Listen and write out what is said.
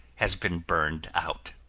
has been burned out.